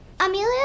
Amelia